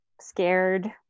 scared